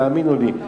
תאמינו לי.